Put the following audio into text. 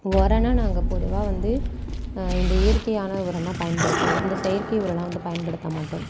உரம்னா நாங்கள் பொதுவாக வந்து இந்த இயற்கையான உரம்தான் பயன்படுத்துவோம் இந்த செயற்கை உரம்லாம் வந்து பயன்படுத்தமாட்டோம்